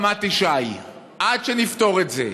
עד שנפתור את זה,